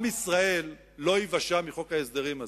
עם ישראל לא ייוושע מחוק ההסדרים הזה.